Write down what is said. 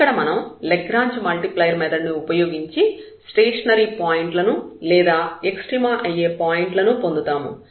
ఇక్కడ మనం Lagrange multiplier method ను ఉపయోగించి స్టేషనరీ పాయింట్లను లేదా ఎక్స్ట్రీమ అయ్యే పాయింట్ల ను పొందుతాము